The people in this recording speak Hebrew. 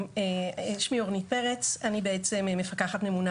שמי אורנית פרץ ואני בעצם מפקחת ממונה